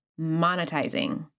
monetizing